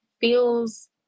feels